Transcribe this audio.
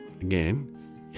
again